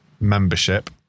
membership